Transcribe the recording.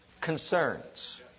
concerns